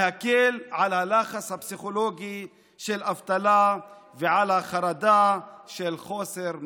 להקל על הלחץ הפסיכולוגי של אבטלה ועל החרדה של חוסר מעש.